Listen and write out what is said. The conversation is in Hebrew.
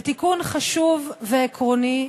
זה תיקון חשוב ועקרוני,